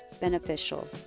beneficial